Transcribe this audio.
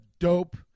Dope